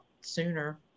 sooner